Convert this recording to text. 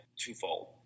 twofold